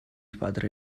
padre